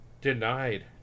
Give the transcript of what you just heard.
Denied